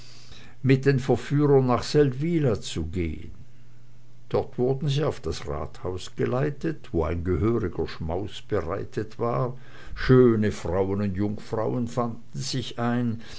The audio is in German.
mit den verführern nach seldwyla zu gehen dort wurden sie auf das rathaus geleitet wo ein gehöriger schmaus bereit war schöne frauen und jungfrauen fanden sich ein